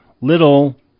little